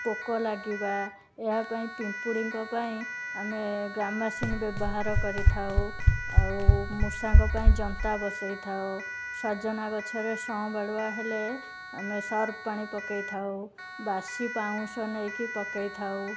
ପୋକ ଲାଗିବା ଏହା ପାଇଁ ପିମ୍ପୁଡ଼ିଙ୍କ ପାଇଁ ଆମେ ଗାମାଶିନ ବ୍ୟବହାର କରିଥାଉ ଆଉ ମୂଷାଙ୍କ ପାଇଁ ଯନ୍ତା ବସେଇ ଥାଉ ସଜନା ଗଛରେ ସଂବାଳୁଆ ହେଲେ ଆମେ ସର୍ପ ପାଣି ପକେଇ ଥାଉ ବାସି ପାଉଁଶ ନେଇକି ପକେଇ ଥାଉ